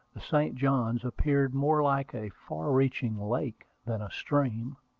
the st. johns appeared more like a far-reaching lake than a stream.